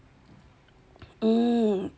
oh